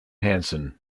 hanson